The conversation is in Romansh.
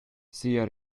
sia